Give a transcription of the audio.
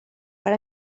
per